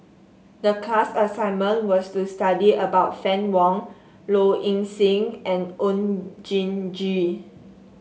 the class assignment was to study about Fann Wong Low Ing Sing and Oon Jin Gee